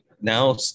now